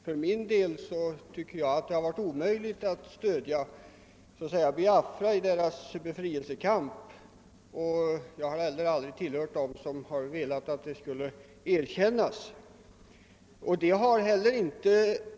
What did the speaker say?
För min del tycker jag att det var omöjligt att stödja Biafra i dess befrielsekamp, och jag har heller aldrig tillhört dem som velat att Biafra skulle erkännas.